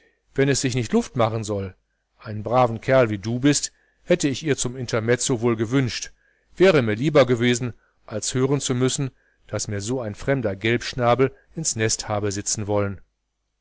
wenn es sich nicht luft machen soll einen braven kerl wie du bist hätte ich ihr zum intermezzo wohl gewünscht wäre mir lieber gewesen als hören zu müssen daß mir so ein fremder gelbschnabel ins nest habe sitzen wollen